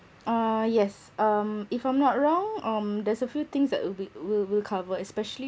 uh yes um if I'm not wrong um there's a few things that will be will will cover especially